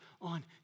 on